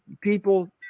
people